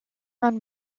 run